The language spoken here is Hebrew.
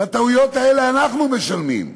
ועל הטעויות האלה אנחנו משלמים,